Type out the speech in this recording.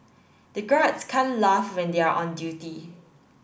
the guards can't laugh when they are on duty